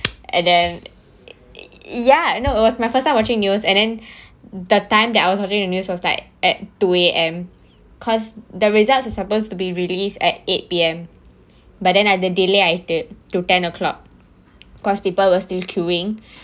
and then ya you know it was my first time watching news and then the time that I was watching the news was like at two A_M because the results is supposed to be released at eight P_M but then like the delay I think to ten O clock because people were still queueing